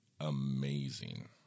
amazing